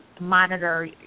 monitor